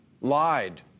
lied